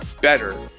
better